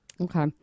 Okay